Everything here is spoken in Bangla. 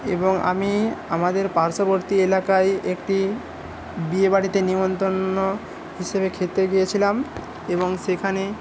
এবং আমি আমাদের পার্শ্ববর্তী এলাকায় একটি বিয়েবাড়িতে নেমন্তন্ন হিসেবে খেতে গিয়েছিলাম এবং সেখানে